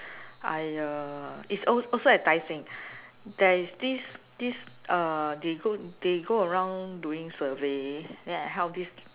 I uh it's also at Tai-Seng there is this this uh they go around doing survey then I help this